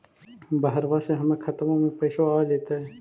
बहरबा से हमर खातबा में पैसाबा आ जैतय?